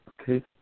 Okay